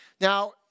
Now